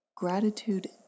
gratitude